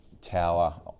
Tower